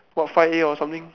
or five A or something